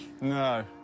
No